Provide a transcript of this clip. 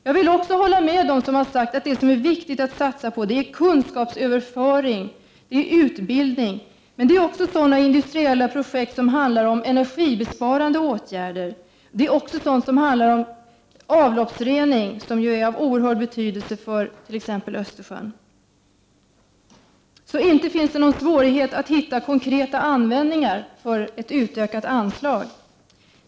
Jag vill också hålla med dem som har sagt att det som är viktigt att satsa på är kunskapsöverföring och utbildning, men det är också sådana industriella projekt som handlar om energibesparande åtgärder och avloppsrening, som ju har en oerhört stor betydelse för t.ex. Östersjön. Det är inte någon svårighet att hitta konkreta användningsområden för ett utökat anslag.